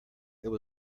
there